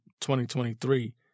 2023